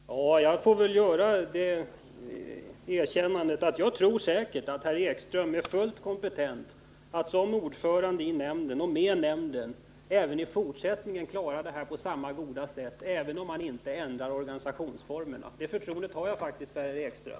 Herr talman! Ja, jag får väl göra det erkännandet att jag är säker på att herr Ekström är fullt kompetent att som ordförande i nämnden, och med nämnden, även i fortsättningen klara det här på samma goda sätt som hittills, även om man inte ändrar organisationsformerna. Det förtroendet har jag faktiskt för herr Ekström.